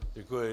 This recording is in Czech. Děkuji.